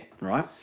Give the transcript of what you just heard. right